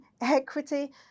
equity